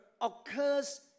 occurs